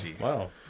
Wow